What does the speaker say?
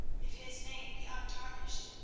if his name be untarnished,